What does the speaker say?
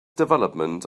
development